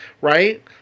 right